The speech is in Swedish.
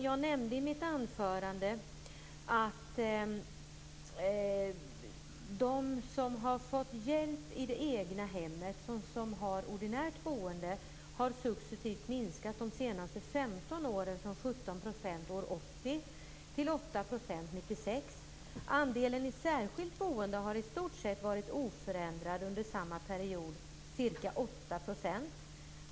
Jag nämnde i mitt anförande att de som har fått hjälp i det egna hemmet och som har ordinärt boende successivt har minskat de senaste 15 åren, från 17 % år 1980 till 8 % år 1996. Andelen i särskilt boende har i stort sett varit oförändrad under samma period, ca 8 %.